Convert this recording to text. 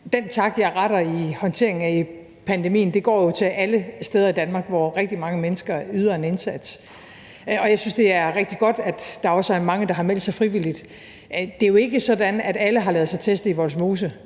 Den tak, jeg retter i forbindelse med håndteringen af pandemien, går jo til alle steder i Danmark, hvor rigtig mange mennesker yder en indsats, og jeg synes, det er rigtig godt, at der også er mange, der har meldt sig frivilligt. Det er jo ikke sådan, at alle har ladet sig teste i Vollsmose,